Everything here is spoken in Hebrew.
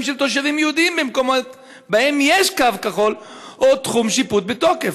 של תושבים יהודים במקומות שבהם יש קו כחול או תחום שיפוט בתוקף?